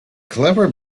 clever